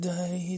Day